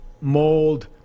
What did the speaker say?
mold